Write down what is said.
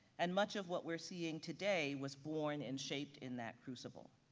and much of what we're seeing today was born and shaped in that crucible.